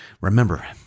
remember